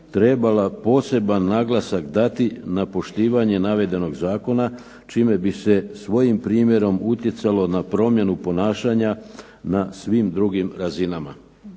trebala poseban naglasak dati na poštivanje navedenog Zakona čime bi se svojim primjerom utjecalo na promjenu ponašanja na svim drugim razinama.